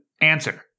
answer